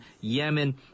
Yemen